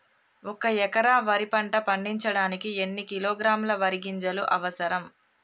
ఒక్క ఎకరా వరి పంట పండించడానికి ఎన్ని కిలోగ్రాముల వరి గింజలు అవసరం?